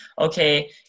okay